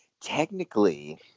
technically